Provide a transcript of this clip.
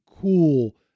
cool